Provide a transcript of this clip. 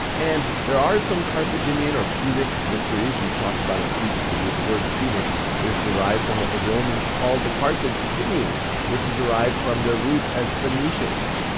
and there are some carthaginian or punic victories we've talked about in previous video. the word punic is derived from what the romans called the carthaginians which is derived from their roots as phoenicians.